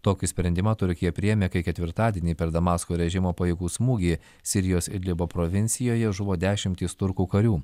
tokį sprendimą turkija priėmė kai ketvirtadienį per damasko režimo pajėgų smūgį sirijos idlibo provincijoje žuvo dešimtys turkų karių